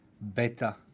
better